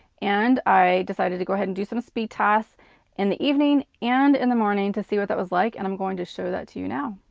and i decided to go ahead and do some speed tests in the evening and in the morning to see what that was like. and i'm going to show that to you now.